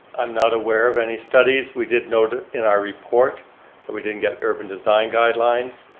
i'm not aware of any studies. we did note in our report that we didn't get urban design guidelines,